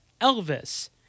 Elvis